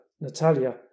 Natalia